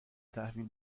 تحویل